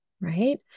Right